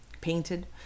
painted